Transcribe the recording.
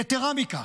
יתרה מכך,